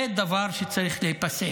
זה דבר שצריך להיפסק.